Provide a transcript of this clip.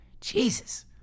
Jesus